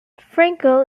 frankel